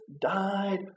died